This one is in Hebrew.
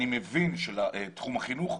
לתחום החינוך,